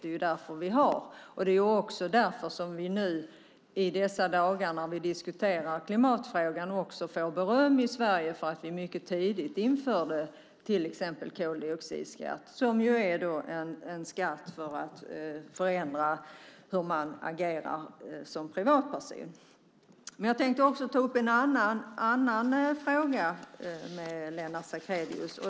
Det är därför som vi i Sverige nu får beröm för att vi tidigt införde till exempel koldioxidskatt, som ju är en skatt för att förändra hur man agerar som privatperson. Jag tänkte också ta upp en annan fråga med Lennart Sacrédeus.